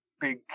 big